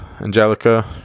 Angelica